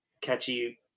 catchy